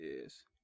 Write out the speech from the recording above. yes